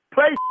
Play